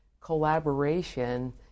collaboration